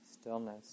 stillness